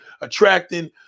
attracting